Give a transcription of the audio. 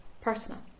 personal